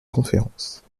conférences